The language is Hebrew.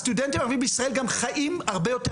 הסטודנטים הערבים בישראל גם חיים הרבה יותר